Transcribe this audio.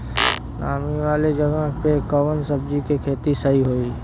नामी वाले जगह पे कवन सब्जी के खेती सही होई?